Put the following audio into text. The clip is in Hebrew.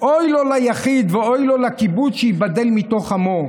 "אוי לו ליחיד ואוי לו לקיבוץ שייבדל מתוך עמו.